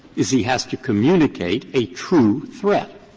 is he has to communicate a true threat.